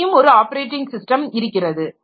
அங்கேயும் ஒரு operating system இருக்கிறது